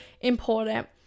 important